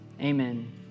amen